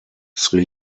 sri